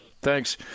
Thanks